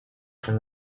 from